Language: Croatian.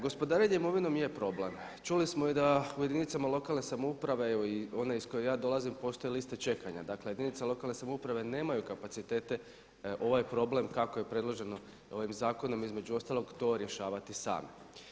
Gospodarenje imovinom je problem, čuli smo i da u jedinicama lokalne samouprave evo i one iz koje ja dolazim postoje liste čekanja, dakle jedinice lokalne samouprave nemaju kapacitete ovaj problem kako je predloženo ovim zakonom između ostalog to rješavati same.